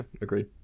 agreed